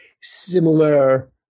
similar